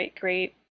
great